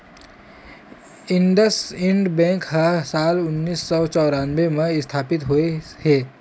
IndusInd bank ह साल उन्नीस सौ चैरानबे म इस्थापित होइस हे